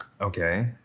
okay